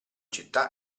città